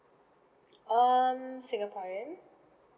um singaporean